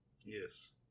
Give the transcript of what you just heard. Yes